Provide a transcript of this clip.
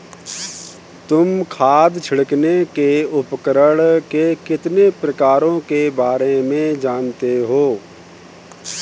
तुम खाद छिड़कने के उपकरण के कितने प्रकारों के बारे में जानते हो?